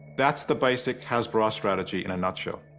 thatis the basic hasbara strategy in a nutshell.